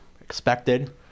expected